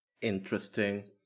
interesting